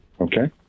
Okay